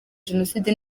jenoside